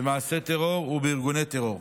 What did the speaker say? במעשי טרור ובארגוני טרור.